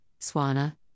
Swana